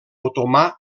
otomà